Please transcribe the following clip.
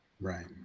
Right